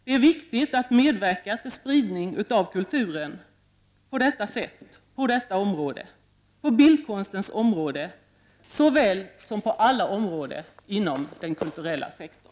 Det är viktigt att medverka till spridning av kulturen på bildkonstens område såväl som på alla andra områden inom den kulturella sektorn.